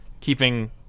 keeping